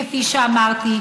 כפי שאמרתי,